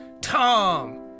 tom